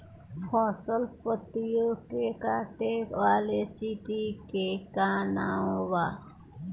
फसल पतियो के काटे वाले चिटि के का नाव बा?